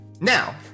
Now